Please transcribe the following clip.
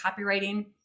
copywriting